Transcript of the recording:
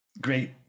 Great